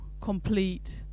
complete